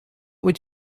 would